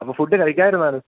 അപ്പോള് ഫുഡ് കഴിക്കാതിരുന്നാലോ